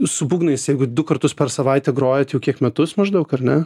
su būgnais jeigu du kartus per savaitę grojat jau kiek metus maždaug ar ne